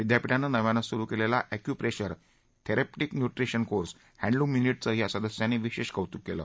विद्यापीठानं नव्यानेच सुरू केलेल्या acupressure therapeutic nutrition course handloom यूनिटचं या सदस्यांनी विशेष कौतुक केलं